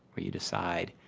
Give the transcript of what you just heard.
where you decide,